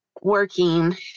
working